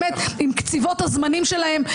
עם קציבת הזמנים שלהם.